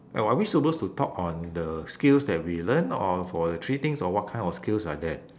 oh are we suppose to talk on the skills that we learn or for the three things or what kind of skills are there